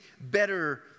better